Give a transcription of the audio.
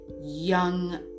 young